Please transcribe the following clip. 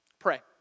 Pray